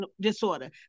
disorder